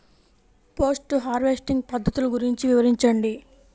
Post harvesting పద్ధతులు గురించి వివరించండి?